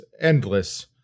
endless